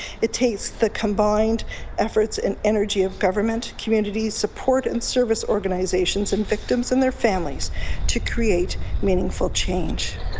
it takes the combined efforts and energy of government, community support and service organizations and victims and their families to create meaningful change.